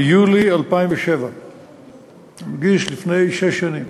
ביולי 2007. אני מדגיש: לפני שש שנים.